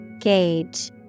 Gauge